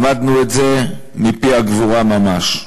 למדנו את זה מפי הגבורה ממש.